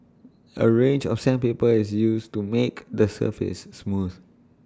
A range of sandpaper is used to make the surface smooth